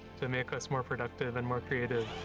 to make us more productive and more creative.